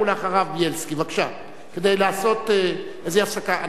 כדי לעשות איזה הפסקה.